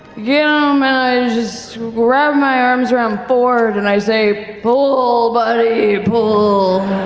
yeah just wrap my arms around fjord and i say pull, buddy, pull.